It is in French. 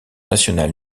national